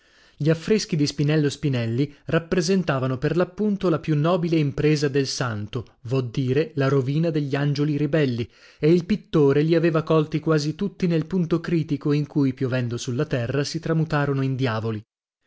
gli affreschi di spinello spinelli rappresentavano per l'appunto la più nobile impresa del santo vo dire la rovina degli angioli ribelli e il pittore li aveva colti quasi tutti nel punto critico in cui piovendo sulla terra si tramutarono in diavoli